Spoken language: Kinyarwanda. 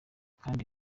kandi